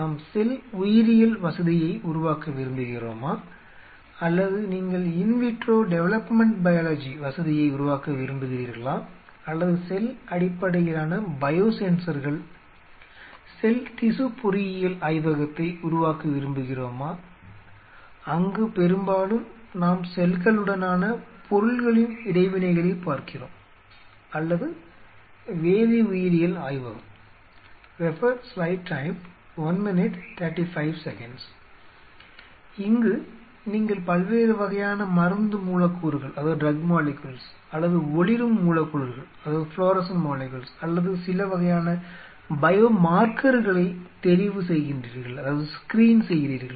நாம் செல் உயிரியல் வசதியை உருவாக்க விரும்புகிறோமா அல்லது நீங்கள் இன் விட்ரோ டெவலப்மென்ட் பயாலஜி வசதியை உருவாக்க விரும்புகிறீர்களா அல்லது செல் அடிப்படையிலான பயோசென்சர்கள் செல் திசு பொறியியல் ஆய்வகத்தை உருவாக்க விரும்புகிறோமா அங்கு பெரும்பாலும் நாம் செல்களுடனான பொருள்களின் இடைவினைகளைப் பார்க்கிறோம் அல்லது வேதி உயிரியல் ஆய்வகம் இங்கு நீங்கள் பல்வேறு வகையான மருந்து மூலக்கூறுகள் அல்லது ஒளிரும் மூலக்கூறுகள் அல்லது சில வகையான பையோமார்க்கர்களை தெரிவு செய்கின்றீர்கள்